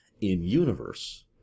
in-universe